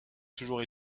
toujours